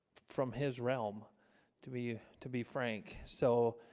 from his realm to be to be frank, so